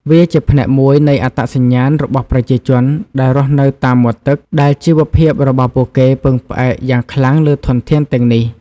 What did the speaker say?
វាជាផ្នែកមួយនៃអត្តសញ្ញាណរបស់ប្រជាជនដែលរស់នៅតាមមាត់ទឹក ដែលជីវភាពរបស់ពួកគេពឹងផ្អែកយ៉ាងខ្លាំងលើធនធានទាំងនេះ។